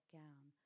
gown